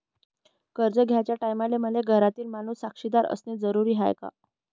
कर्ज घ्याचे टायमाले मले घरातील माणूस साक्षीदार असणे जरुरी हाय का?